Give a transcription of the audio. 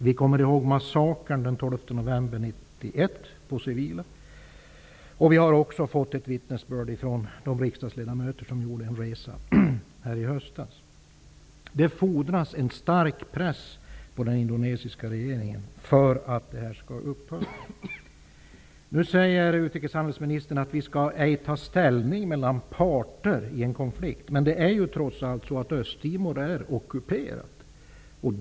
Vi kommer ihåg massakern på civila den 12 november 1991. Vi har också fått ett vittnesbörd från de riksdagsledamöter som gjorde en resa dit i höstas. Det fordras en stark press på den indonesiska regeringen för att det här skall upphöra. Nu säger utrikeshandelsministern att vi ej skall ta ställning mellan parter i en konflikt. Men det är trots allt så att Östtimor är ockuperat.